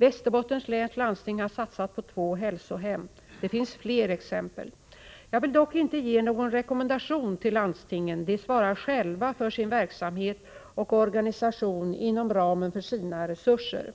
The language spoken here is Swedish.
Västerbottens läns landsting har satsat på två hälsohem. Det finns fler exempel. Jag vill dock inte ge någon rekommendation till landstingen — de svarar själva för sin verksamhet och organisation inom ramen för sina resurser.